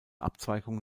abzweigung